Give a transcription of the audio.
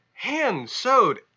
hand-sewed